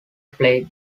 play